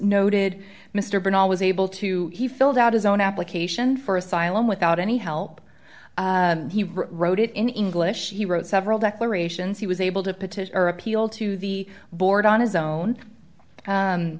noted mr bernard was able to he filled out his own application for asylum without any help he wrote it in english he wrote several declarations he was able to petition or appeal to the board on his own